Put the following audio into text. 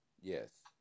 Yes